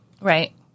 Right